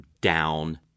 down